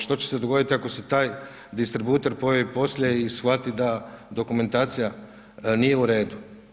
Što će se dogoditi ako se taj distributer pojavi poslije i shvati da dokumentacija nije u redu?